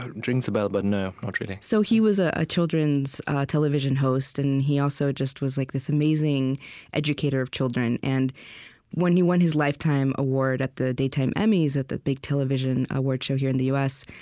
rings a bell but no, not really so he was ah a children's television host, and he also just was like this amazing educator of children. and when he won his lifetime award at the daytime emmys, at the big television awards show here in the u s,